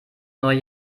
neue